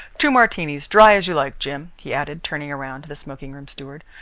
two martinis, dry as you like, jim, he added, turning round to the smoking room steward.